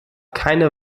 keine